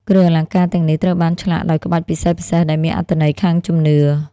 គ្រឿងអលង្ការទាំងនេះ ត្រូវបានឆ្លាក់ដោយក្បាច់ពិសេសៗដែលមានអត្ថន័យខាងជំនឿ។